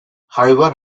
however